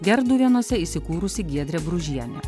gerduvėnuose įsikūrusi giedrė bružienė